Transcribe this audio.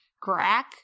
Crack